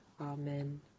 Amen